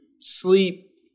sleep